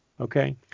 Okay